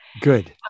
Good